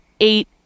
eight